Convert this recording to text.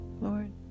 Lord